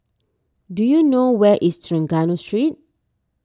do you know where is Trengganu Street